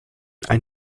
ein